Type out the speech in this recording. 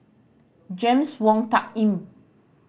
James Wong Tuck Yim